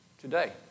Today